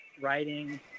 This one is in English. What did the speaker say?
writing